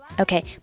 Okay